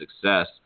success